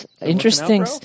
Interesting